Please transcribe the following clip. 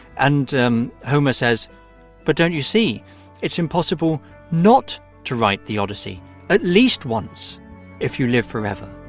and um homer says but don't you see it's impossible not to write the odyssey at least once if you live forever?